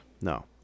No